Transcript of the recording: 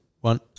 one